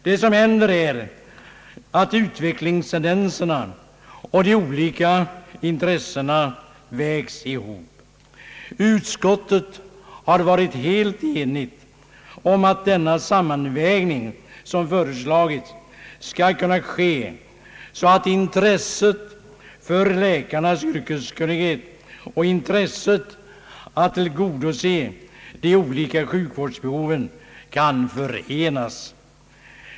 Vad som händer är att utvecklingstendenserna och de olika intressena vägs ihop. Utskottet har varit helt enigt om att den sammanvägning som föreslagits skall kunna ske på sådant sätt att intresset för läkarnas yrkeskunnighet och intresset av att tillgodose de olika sjukvårdsbehoven kan förenas.